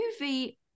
movie